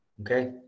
okay